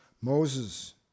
Moses